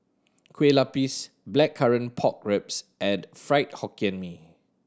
Kueh Lapis Blackcurrant Pork Ribs and Fried Hokkien Mee